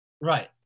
Right